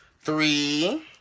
Three